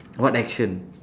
what action